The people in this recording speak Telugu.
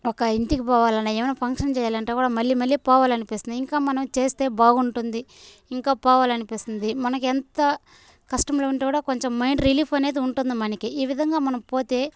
ఒక ఇంటికి పోవాలన్నా ఏమైనా ఫంక్షన్ చేయాలంటే కూడా మళ్ళీ మళ్ళీ పోవాలనిపిస్తుంది ఇంకా మనం చేస్తే బాగుంటుంది ఇంకా పోవాలనిపిస్తుంది మనకెంత కష్టంలో ఉంటే కూడా కొంచం మైండ్ రిలీఫ్ అనేది ఉంటుంది మనకి ఈ విధంగా మనం పోతే